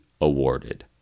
awarded